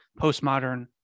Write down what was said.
postmodern